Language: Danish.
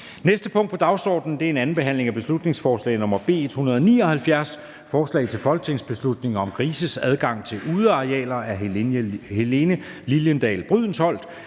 næste punkt på dagsordenen er: 74) 2. (sidste) behandling af beslutningsforslag nr. B 179: Forslag til folketingsbeslutning om grises adgang til udearealer. Af Helene Liliendahl Brydensholt